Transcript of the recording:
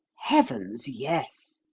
heavens, yes!